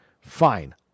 Fine